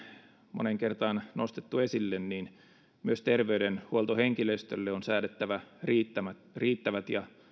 moneen kertaan nostettu esille myös terveydenhuoltohenkilöstölle on säädettävä riittävät riittävät ja